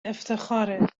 افتخاره